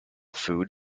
food